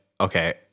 okay